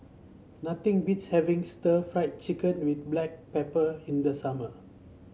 nothing beats having Stir Fried Chicken with Black Pepper in the summer